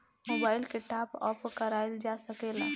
Mobile के top up कराइल जा सकेला का?